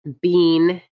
bean